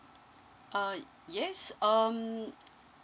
uh yes um